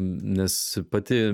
nes pati